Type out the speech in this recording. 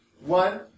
One